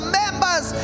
members